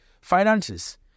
finances